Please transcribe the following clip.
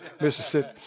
Mississippi